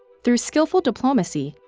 through skillful diplomacy,